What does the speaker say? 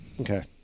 Okay